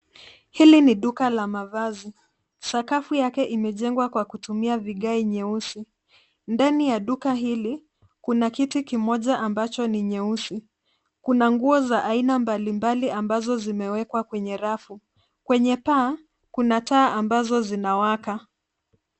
Hili ni duka la mavazi. Sakafu yake imejengwa kwa kutumia vigae nyeusi. Ndani ya duka hili ,kuna kiti kimoja ambacho ni nyeusi, kuna nguo za aina mbali mbali ambazo zimewekwa kwenye rafu. Kwenye paa kuna taa ambazo zinawaka.